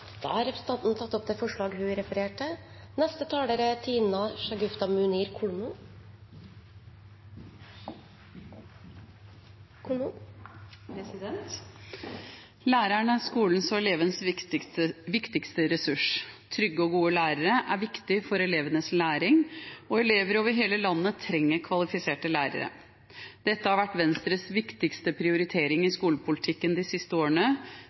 hun refererte til. Læreren er skolens og elevens viktigste ressurs. Trygge og gode lærere er viktig for elevenes læring, og elever over hele landet trenger kvalifiserte lærere. Dette har vært Venstres viktigste prioritering i skolepolitikken de siste årene.